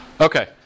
Okay